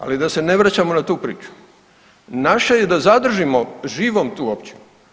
Ali da se ne vraćamo na tu priču naše je da zadržimo živom tu općinu.